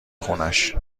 خونش